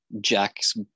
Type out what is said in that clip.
Jack's